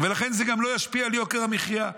ולכן זה גם לא ישפיע על יוקר המחיה.